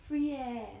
free eh